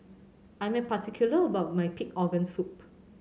I am particular about my pig organ soup